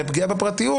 לפגיעה בפרטיות,